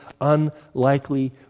unlikely